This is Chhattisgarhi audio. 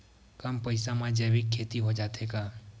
कम पईसा मा जैविक खेती हो जाथे का?